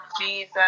Jesus